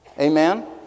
Amen